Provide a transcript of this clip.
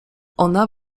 ona